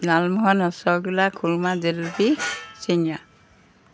লালমোহন ৰসগোল্লা খুৰমা জেলেপি চিংৰা